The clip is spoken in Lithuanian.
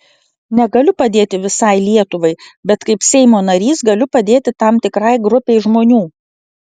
negaliu padėti visai lietuvai bet kaip seimo narys galiu padėti tam tikrai grupei žmonių